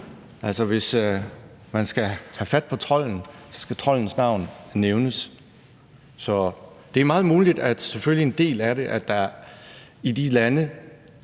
altså, hvis man skal have fat på trolden, skal troldens navn nævnes. Så det er selvfølgelig meget muligt, at en del af det skyldes, at der i de lande